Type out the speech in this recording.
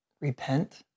Repent